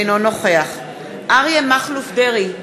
אינו נוכח אריה מכלוף דרעי,